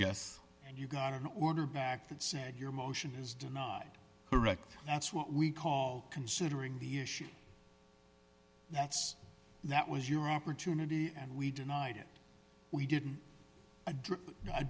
yes and you got an order back that said your motion is denied correct that's what we call considering the issue that's that was your opportunity and we denied it we didn't address